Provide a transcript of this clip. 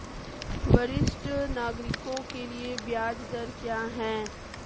वरिष्ठ नागरिकों के लिए ब्याज दर क्या हैं?